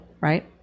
right